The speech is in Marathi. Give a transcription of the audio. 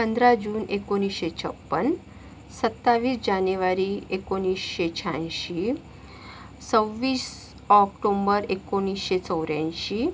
पंधरा जून एकोणीसशे छप्पन सत्तावीस जानेवारी एकोणीसशे शाऐंशी सव्वीस ऑक्टोबर एकोणीसशे चौऱ्याऐंशी